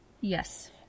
Yes